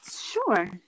Sure